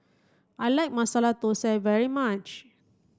I like Masala Thosai very much